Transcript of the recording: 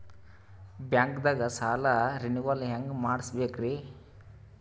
ಬ್ಯಾಂಕ್ದಾಗ ಸಾಲ ರೇನೆವಲ್ ಹೆಂಗ್ ಮಾಡ್ಸಬೇಕರಿ?